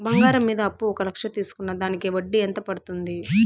బంగారం మీద అప్పు ఒక లక్ష తీసుకున్న దానికి వడ్డీ ఎంత పడ్తుంది?